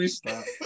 stop